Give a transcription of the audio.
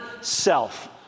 self